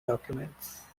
documents